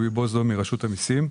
רשות המסים.